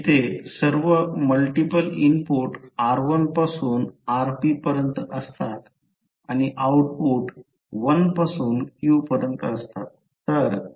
जिथे सर्व multiple input r1 पासून rp पर्यंत असतात आणि आउटपुट 1 पासून q पर्यंत असतात